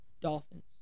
Dolphins